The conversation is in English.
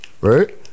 Right